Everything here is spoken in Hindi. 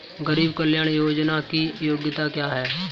गरीब कल्याण योजना की योग्यता क्या है?